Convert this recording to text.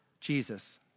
Jesus